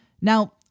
Now